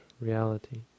reality